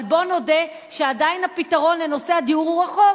אבל בוא נודה שעדיין הפתרון לנושא הדיור הוא רחוק.